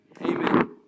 amen